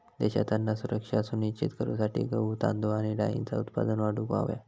देशात अन्न सुरक्षा सुनिश्चित करूसाठी गहू, तांदूळ आणि डाळींचा उत्पादन वाढवूक हव्या